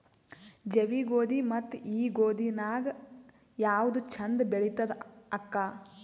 ಜವಿ ಗೋಧಿ ಮತ್ತ ಈ ಗೋಧಿ ನ್ಯಾಗ ಯಾವ್ದು ಛಂದ ಬೆಳಿತದ ಅಕ್ಕಾ?